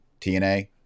TNA